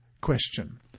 Question